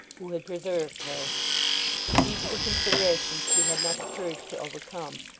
who had preserved her these were considerations she had not the courage to overcome,